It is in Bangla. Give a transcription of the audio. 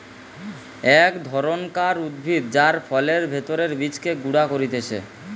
এক ধরণকার উদ্ভিদ যার ফলের ভেতরের বীজকে গুঁড়া করতিছে